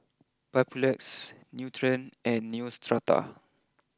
Papulex Nutren and Neostrata